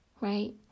right